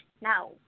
Now